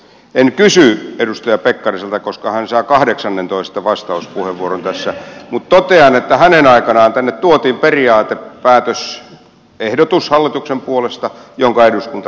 en kysy edustaja pekkariselta koska hän saa kahdeksannentoista vastauspuheenvuoron tässä mutta totean että hänen aikanaan tänne tuotiin hallituksen puolesta periaatepäätösehdotus jonka eduskunta hyväksyi